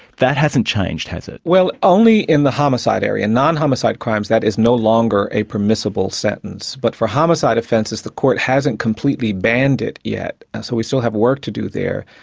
that hasn't changed, has it? well, only in the homicide area. non-homicide crimes, that is no longer a permissible sentence, but for homicide offences the court hasn't completely banned it yet, so we still have work to do there.